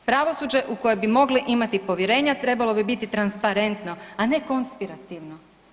Pravosuđe u koje bi mogli imati povjerenja trebalo bi biti transparentno, a ne konspirativno.